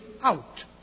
out